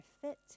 fit